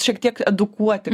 šiek tiek edukuoti